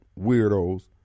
weirdos